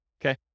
Okay